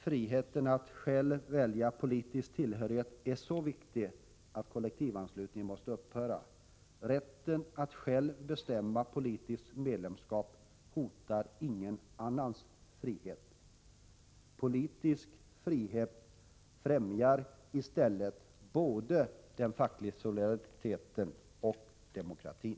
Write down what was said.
Friheten att själv välja politisk tillhörighet är så viktig att kollektivanslutningen måste upphöra. Rätten att själv bestämma politiskt medlemskap hotar ingen annans frihet. Politisk frihet främjar i stället både den fackliga solidariteten och demokratin.